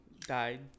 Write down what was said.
died